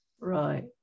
Right